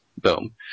Boom